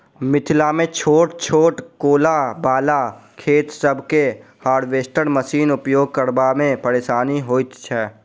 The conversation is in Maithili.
मिथिलामे छोट छोट कोला बला खेत सभ मे हार्वेस्टर मशीनक उपयोग करबा मे परेशानी होइत छै